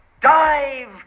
Dive